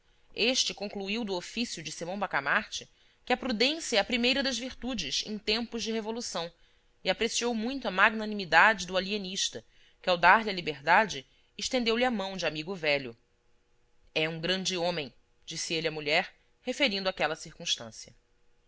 este concluiu do ofício de simão bacamarte que a prudência é a primeira das virtudes em tempos de revolução e apreciou muito a magnanimidade do alienista que ao dar-lhe a liberdade estendeu-lhe a mão de amigo velho é um grande homem disse ele à mulher referindo aquela circunstância